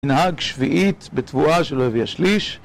ינהג שביעית בתבואה שלא הביאה שליש.